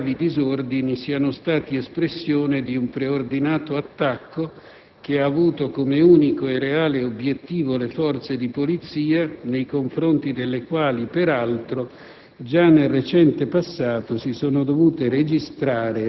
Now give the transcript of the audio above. allo stato, non possa escludersi che i gravi disordini siano stati espressione di un preordinato attacco che ha avuto come unico e reale obiettivo le forze di polizia, nei confronti delle quali, peraltro,